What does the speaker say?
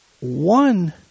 One